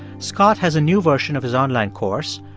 scott has a new version of his online course.